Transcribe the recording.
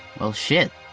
well, shit!